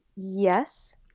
Yes